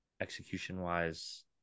execution-wise